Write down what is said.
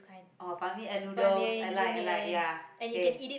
oh Ban-Mian noodles I like I like ya okay